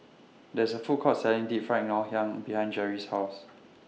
There IS A Food Court Selling Deep Fried Ngoh Hiang behind Gerry's House